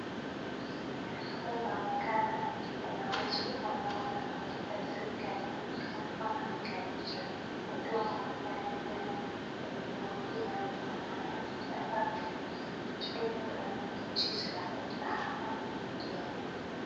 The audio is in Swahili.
Hapa inaonekana kuna watu ambao wanafanya kazi serikalini. Walikuwa wanapiga picha wakiwa wamevalia nguo inayofanana. Hapa huduma za nchi zinafanyika hapa.